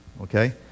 okay